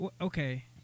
Okay